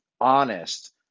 honest